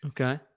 Okay